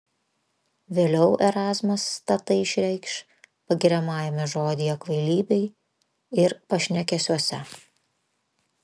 vėliau erazmas tatai išreikš pagiriamajame žodyje kvailybei ir pašnekesiuose